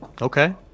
Okay